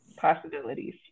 Possibilities